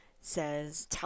says